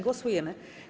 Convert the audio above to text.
Głosujemy.